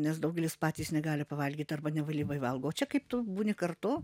nes daugelis patys negali pavalgyt arba nevalyvai valgo o čia kaip tu būni kartu